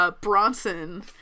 Bronson